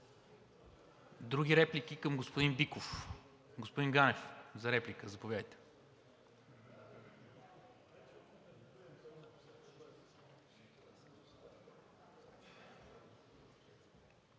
Други реплики към господин Биков? Господин Ганев, заповядайте